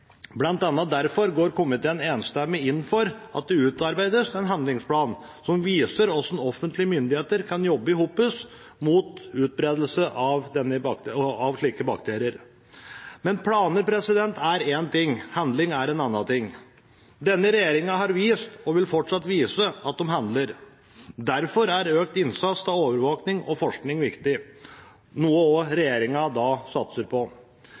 derfor går komiteen enstemmig inn for at det utarbeides en handlingsplan som viser hvordan offentlige myndigheter kan jobbe sammen mot utbredelsen av slike bakterier. Men planer er én ting – handling er en annen ting. Denne regjeringen har vist, og vil fortsatt vise, at den handler. Derfor er økt innsats med hensyn til overvåking og forskning viktig, noe også regjeringen satser på.